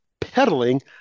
Peddling